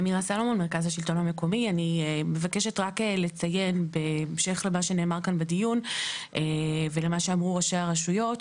אני מבקשת לציין בהמשך למה שנאמר כאן בדיון ולמה שאמרו ראשי הרשויות,